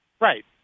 Right